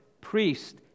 priest